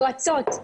יועצות,